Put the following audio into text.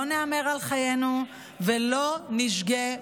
לא נהמר על חיינו ולא נשגה באשליות.